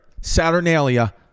Saturnalia